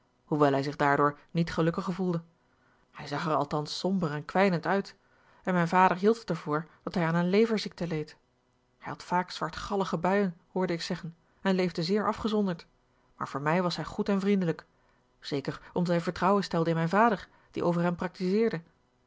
hoewel hij zich daardoor niet gelukkig gevoelde hij zag er althans somber en kwijnend uit en mijn vader hield het er voor dat hij aan eene leverziekte leed hij had vaak zwartgallige buien hoorde ik zeggen en leefde zeer afgezonderd maar voor mij was hij goed en vriendelijk zeker omdat hij vertrouwen a l g bosboom-toussaint langs een omweg stelde in mijn vader die over hem